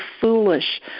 foolish